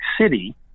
city